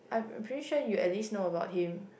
I'm pretty sure you at least know about him